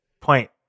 point